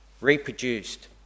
reproduced